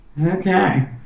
Okay